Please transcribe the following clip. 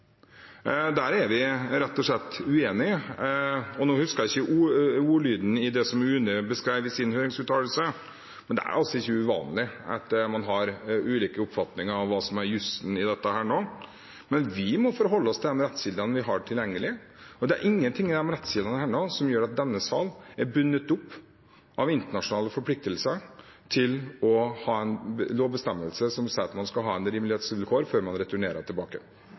Der er vi rett og slett uenige. Nå husker ikke jeg ordlyden i det UNE beskrev i sin høringsuttalelse, men det er altså ikke uvanlig at man har ulik oppfatning av hva som er jussen i dette. Vi må forholde oss til de rettskildene vi har tilgjengelig, og det er ingenting i de rettskildene som gjør at denne sal er bundet opp av internasjonale forpliktelser til å ha en lovbestemmelse som sier at man skal ha et rimelighetsvilkår før man returnerer tilbake